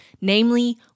namely